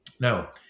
Now